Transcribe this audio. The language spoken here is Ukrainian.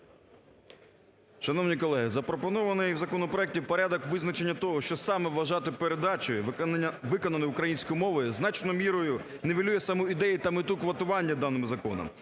Шановні колеги! Запропонований у законопроекті порядок визнання того, що саме вважати передачею виконаною українською мовою, значною мірою нівелює саму ідею та мету квотування даним законом,